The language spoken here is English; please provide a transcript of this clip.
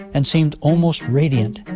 and seemed almost radiant.